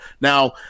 Now